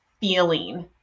feeling